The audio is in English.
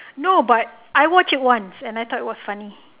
no but I watched it once and I thought it was funny